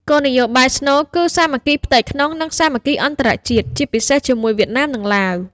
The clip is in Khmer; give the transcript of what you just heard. គោលនយោបាយស្នូលគឺ "សាមគ្គីផ្ទៃក្នុង និងសាមគ្គីអន្តរជាតិ" ជាពិសេសជាមួយវៀតណាម និងឡាវ។